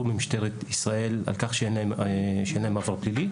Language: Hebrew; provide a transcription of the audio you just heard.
ממשטרת ישראל על כך שאין להם עבר פלילי?